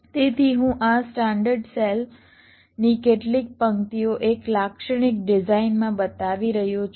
તેથી હું આ સ્ટાન્ડર્ડ સેલની કેટલીક પંક્તિઓ એક લાક્ષણિક ડિઝાઇનમાં બતાવી રહ્યો છું